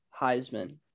Heisman